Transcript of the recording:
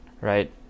right